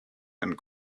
and